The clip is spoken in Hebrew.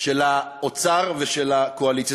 של האוצר ושל הקואליציה.